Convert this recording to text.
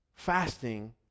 Fasting